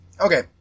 Okay